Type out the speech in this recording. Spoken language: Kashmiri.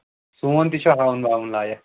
سون تہِ چھُ ہاوُن باوُن لایَک